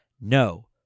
no